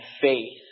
faith